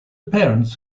parents